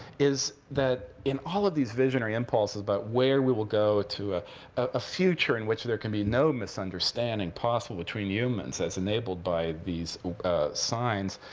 is that, in all of these visionary impulses about where we will go to a ah future in which there can be no misunderstanding possible between humans, as enabled by these signs,